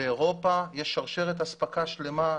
באירופה יש שרשרת אספקה שלמה,